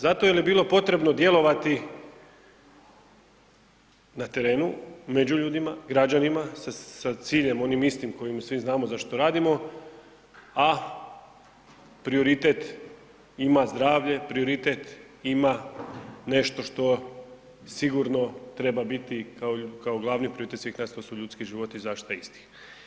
Zato jer je bilo potrebno djelovati na terenu, među ljudima, građanima sa ciljem onim istim kojim svi znamo zašto to radimo, a prioritet ima zdravlje, prioritet ima nešto što sigurno treba biti kao glavni prioritet svih nas, a to su ljudski životi i zaštita istih.